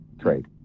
trade